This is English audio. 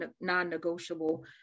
non-negotiable